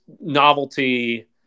novelty